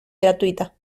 gratuita